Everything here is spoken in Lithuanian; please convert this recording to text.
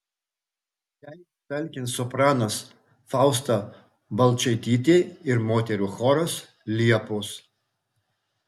jai talkins sopranas fausta balčaitytė ir moterų choras liepos